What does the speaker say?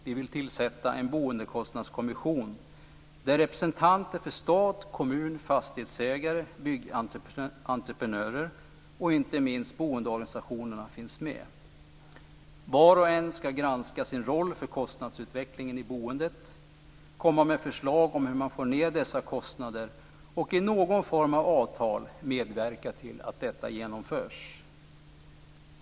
Vi vill tillsätta en boendekostnadskommission, där representanter för stat, kommun, fastighetsägare, byggentreprenörer och inte minst boendeorganisationer finns med. Var och en ska granska sin roll för kostnadsutvecklingen i boendet, komma med förslag om hur man får ned dessa kostnader och i någon form av avtal medverka till att detta genomförs.